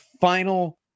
final